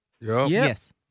Yes